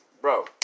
Bro